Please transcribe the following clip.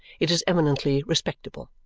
it is eminently respectable,